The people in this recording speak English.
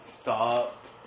stop